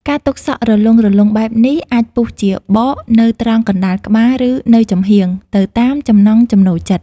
ការទុកសក់រលុងៗបែបនេះ អាចពុះជាបកនៅត្រង់កណ្ដាលក្បាល ឬនៅចំហៀង ទៅតាមចំណង់ចំណូលចិត្ត។